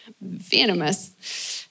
venomous